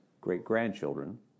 great-grandchildren